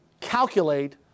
calculate